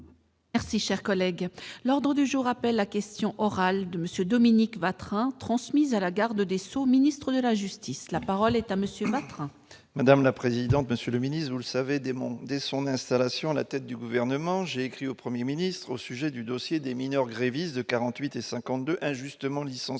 Merci, cher collègue, l'ordre du jour appelle la question orale de Monsieur Dominique Vatrin transmise à la garde des Sceaux, ministre de la justice, la parole est à monsieur Maître. Madame la présidente, monsieur le Ministre, vous le savez, dès son installation à la tête du gouvernement, j'ai écrit au 1er ministre au sujet du dossier des mineurs grévistes 48 et 52 injustement licencies